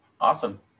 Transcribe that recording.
Awesome